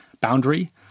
boundary